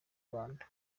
rwanda